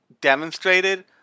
demonstrated